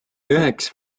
üheks